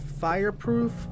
Fireproof